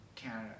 Canada